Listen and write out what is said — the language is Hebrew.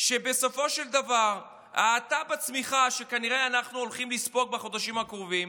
בסופו של דבר ההאטה בצמיחה שאנחנו כנראה הולכים לספוג בחודשים הקרובים,